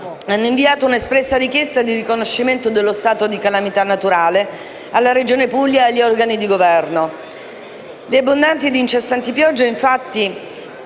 hanno inviato una espressa richiesta di riconoscimento dello stato di calamità naturale alla Regione Puglia e agli organi di Governo.